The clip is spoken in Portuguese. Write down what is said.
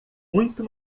muito